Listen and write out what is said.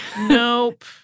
Nope